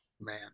Man